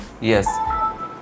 yes